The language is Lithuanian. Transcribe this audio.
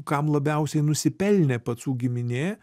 kam labiausiai nusipelnė pacų giminė